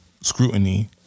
scrutiny